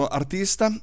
artista